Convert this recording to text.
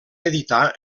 editar